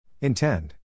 Intend